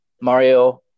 mario